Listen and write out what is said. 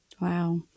Wow